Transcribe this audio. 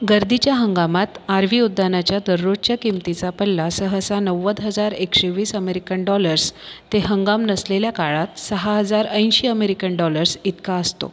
गर्दीच्या हंगामात R V उद्यानाच्या दररोजच्या किंमतीचा पल्ला सहसा नव्वद हजार एकशे वीस अमेरिकन डॉलर्स ते हंगाम नसलेल्या काळात सहा हजार ऐंशी अमेरिकन डॉलर्स इतका असतो